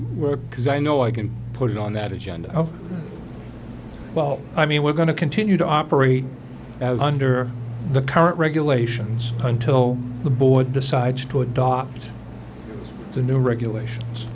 work because i know i can put it on that agenda oh well i mean we're going to continue to operate under the current regulations until the board decides to adopt the new regulations